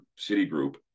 Citigroup